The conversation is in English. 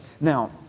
now